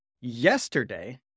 yesterday